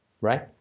right